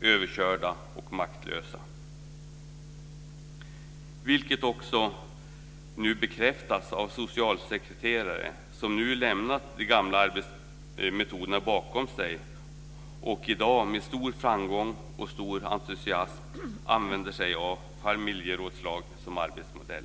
överkörda och maktlösa. Detta bekräftas också av socialsekreterare som nu lämnat de gamla arbetsmetoderna bakom sig och i dag med stor framgång och entusiasm använder sig av familjerådslag som arbetsmodell.